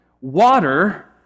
water